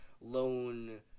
lone